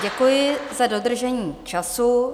Děkuji za dodržení času.